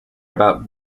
about